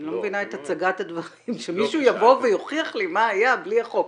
לא מבינה את הצגת הדברים "שמישהו יבוא ויוכיח לי מה היה בלי החוק".